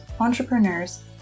entrepreneurs